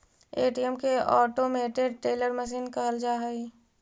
ATM के automated teller machine कहल जा हइ